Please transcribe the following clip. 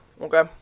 okay